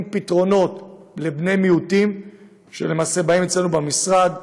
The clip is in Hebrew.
פתרונות לבני מיעוטים שלמעשה באים אצלנו במשרד,